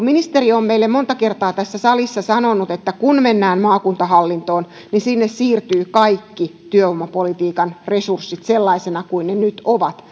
ministeri on meille monta kertaa tässä salissa sanonut että kun mennään maakuntahallintoon niin sinne siirtyvät kaikki työvoimapolitiikan resurssit sellaisina kuin ne nyt ovat